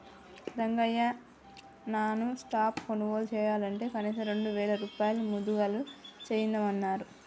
రంగయ్య నాను లాప్టాప్ కొనుగోలు చెయ్యనంటే కనీసం రెండు వేల రూపాయలు ముదుగలు చెల్లించమన్నరు